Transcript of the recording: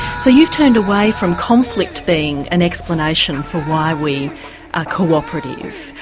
so you've turned away from conflict being an explanation for why we are cooperative.